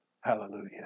Hallelujah